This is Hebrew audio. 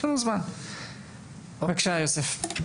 בבקשה, יוסף.